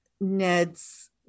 ned's